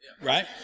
right